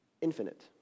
infinite